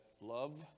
love